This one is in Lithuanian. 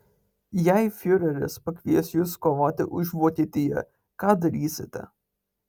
jei fiureris pakvies jus kovoti už vokietiją ką darysite